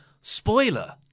spoiler